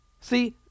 See